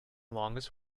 longest